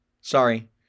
Sorry